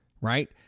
right